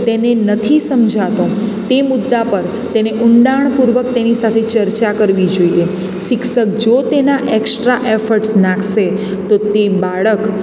તેને નથી સમજાતો તે મુદ્દા પર તેને ઊંડાણપૂર્વક તેની સાથે ચર્ચા કરવી જોઈએ શિક્ષક જો તેના એક્સ્ટ્રા એફર્ટસ નાખશે તો તે બાળક